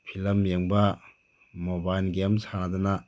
film ꯌꯦꯡꯕ mobile game ꯁꯥꯟꯅꯗꯅ